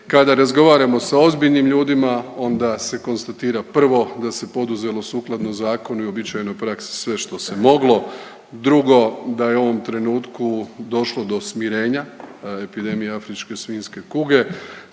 Kada razgovaramo sa ozbiljnim ljudima onda se konstatira prvo da se poduzelo sukladno zakonu i uobičajenoj praksi sve što se moglo. Drugo, da je u ovom trenutku došlo do smirenja epidemije afričke svinjske kuge.